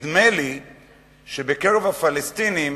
נדמה לי שבקרב הפלסטינים